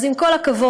אז עם כל הכבוד,